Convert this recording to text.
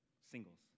singles